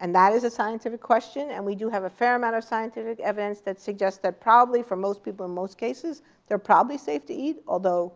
and that is a scientific question. and we do have a fair amount of scientific evidence that suggests that probably for most most cases they're probably safe to eat, although